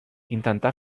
intenta